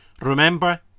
Remember